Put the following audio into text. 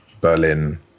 berlin